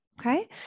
Okay